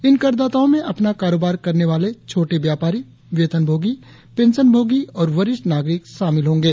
इन करदाताओं में अपना कारोबार करने वाले छोटे व्यापारी वेतनभोगी पेंशनभोगी आर वरिष्ठ नागरिक शामिल होंगे